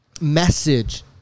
message